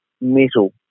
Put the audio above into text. metal